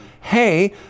hey